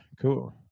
cool